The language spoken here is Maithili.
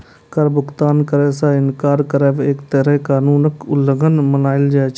कर भुगतान करै सं इनकार करब एक तरहें कर कानूनक उल्लंघन मानल जाइ छै